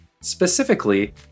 specifically